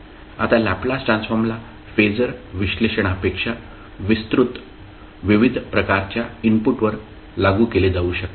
आता लॅपलास ट्रान्सफॉर्मला फेजर विश्लेषणापेक्षा विस्तृत विविध प्रकारच्या इनपुटवर लागू केले जाऊ शकते